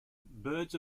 birds